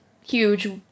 huge